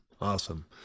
Awesome